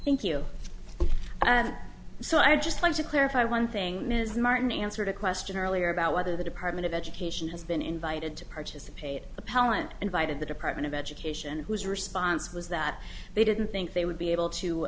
thank you so i just want to clarify one thing ms martin answered a question earlier about whether the department of education has been invited to participate appellant invited the department of education whose response was that they didn't think they would be able to